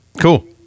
Cool